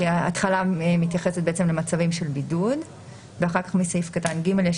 ההתחלה מתייחסת בעצם למצבים של בידוד ואחר כך מסעיף קטן (ג) יש